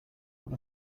what